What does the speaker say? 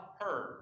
heard